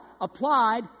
applied